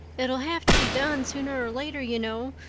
it'll have to be done sooner or later, you know,